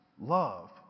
love